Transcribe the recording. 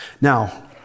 Now